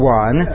one